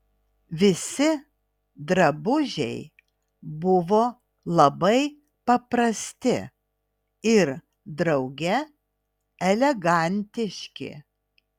visi drabužiai buvo labai paprasti ir drauge elegantiški